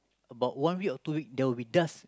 about one week or two week there will be dust